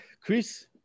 Chris